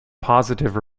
positive